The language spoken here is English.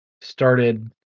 started